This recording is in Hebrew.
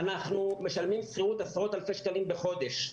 אנחנו משלמים שכירות עשרות אלפי שקלים בחודש,